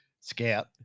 scout